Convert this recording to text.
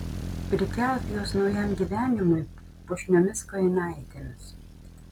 prikelk juos naujam gyvenimui puošniomis kojinaitėmis